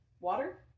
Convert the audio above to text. Water